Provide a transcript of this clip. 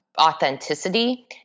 authenticity